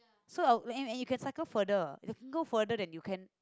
so a~ and and you can cycle further you can go further than you can